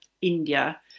India